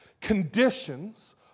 Conditions